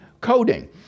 coding